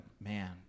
man